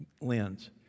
lens